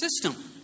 system